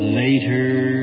later